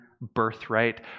birthright